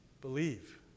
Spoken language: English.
believe